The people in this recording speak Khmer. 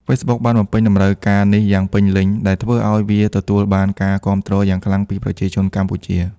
Facebook បានបំពេញតម្រូវការនេះយ៉ាងពេញលេញ ដែលធ្វើឱ្យវាទទួលបានការគាំទ្រយ៉ាងខ្លាំងពីប្រជាជនកម្ពុជា។